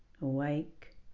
Awake